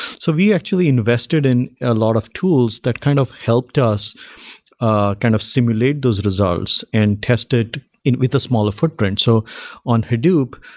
so we actually invested in a lot of tools that kind of helped us ah kind of simulate those results and test it it with a smaller footprint. so on hadoop,